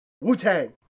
Wu-Tang